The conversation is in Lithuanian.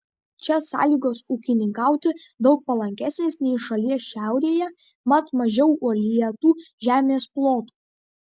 čia sąlygos ūkininkauti daug palankesnės nei šalies šiaurėje mat mažiau uolėtų žemės plotų